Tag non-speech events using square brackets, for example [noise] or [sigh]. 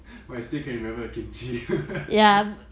but you still can remember your kimchi [laughs]